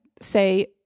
say